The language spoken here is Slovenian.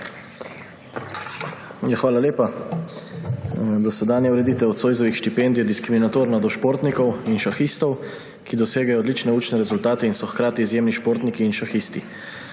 Hvala lepa. Dosedanja ureditev Zoisovih štipendij je diskriminatorna do športnikov in šahistov, ki dosegajo odlične učne rezultate in so hkrati izjemni športniki in šahisti.